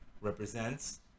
represents